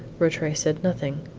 rattray said nothing.